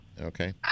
okay